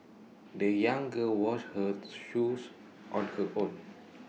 the young girl washed her shoes on her own